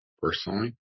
personally